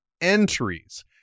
entries